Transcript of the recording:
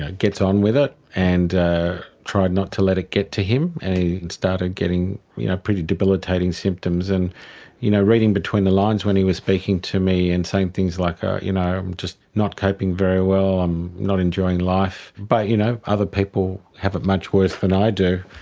ah gets on with it, and tried not to let it get to him. he started getting pretty debilitating symptoms, and you know reading between the lines when he was speaking to me and saying things like, ah you know i'm just not coping very well. i'm not enjoying life. but you know, other people have it much worse than i do.